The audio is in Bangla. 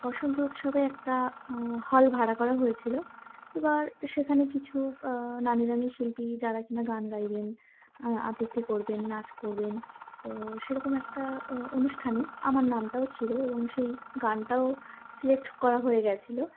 বসন্ত উৎসবে একটা হল ভাড়া করা হয়েছিল এবার সেখানে কিছু নামী দামি শিল্পী যারা কি না গান গাইবেন আ আবৃত্তি করবেন নাচ করবেন তো সেরকম একটা অনুষ্ঠানে আমার নামটাও ছিল এবং সেই গানটাও সিলেক্ট করা হয়ে গিয়েছিল